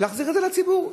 להחזיר את זה לציבור,